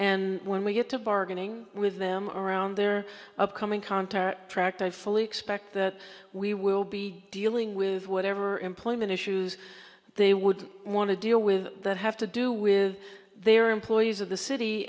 and when we get to bargaining with them around their upcoming contests are tracked i fully expect that we will be dealing with whatever employment issues they would want to deal with that have to do with their employees of the city